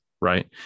right